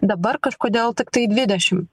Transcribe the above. dabar kažkodėl tiktai dvidešim